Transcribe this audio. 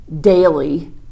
daily